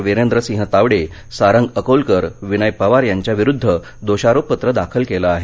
विरेंद्रसिंह तावडे सारंग अकोलकर विनय पवार यांच्याविरुध्द दोषारोपपत्र दाखल केलं आहे